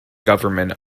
government